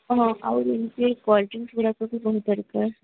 ହଁ ଆଉ ସେ କୋଲ୍ ଡ୍ରିଂକ୍ସ ଗୁଡ଼ାବି ବହୁତ ଦରକାର